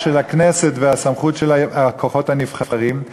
של הכנסת והסמכות של הכוחות הנבחרים,